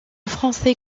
français